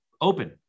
open